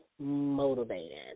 motivated